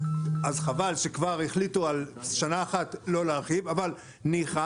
חבל שכבר החליטו על שנה אחת לא להרחיב אבל ניחא